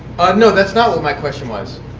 no. that's not what my question was.